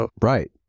Right